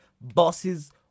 bosses